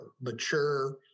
mature